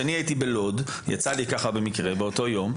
כשאני הייתי בלוד יצא לי להיות במקרה באותו יום,